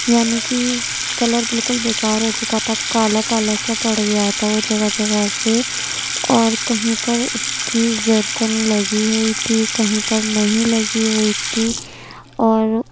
یعنی کہ کلر بالکل بیکار ہو چکا تھا کالا کالا سا پڑ گیا تھا وہ جگہ جگہ سے اور کہیں پر اس کی زرکن لگی ہوئی تھی کہیں پر نہیں لگی ہوئی تھی اور